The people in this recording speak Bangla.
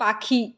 পাখি